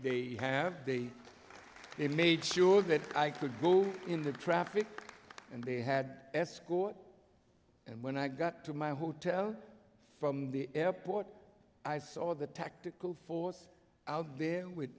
they have they they made sure that i could go into traffic and they had escort and when i got to my hotel from the airport i saw the tactical force out there with